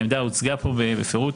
והעמדה הוצגה פה בפירוט